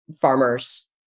farmers